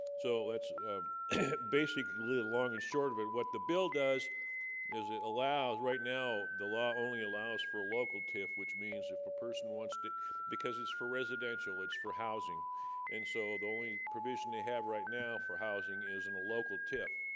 so that's basically long and short of it what the bill does is it allows right now the law only allows for a local tif which means if a person wants to because it's for residential? it's for housing and so the only provision they have right now for housing isn't a local tif